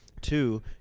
two